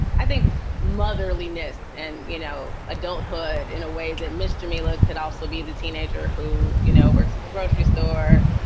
i think, motherliness and, you know, adult hood in a way that mr. miller could also be the teenager who, you know, works at the grocery store,